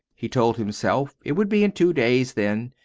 he told himself it would be in two days then.